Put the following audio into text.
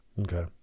Okay